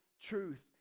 truth